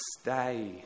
Stay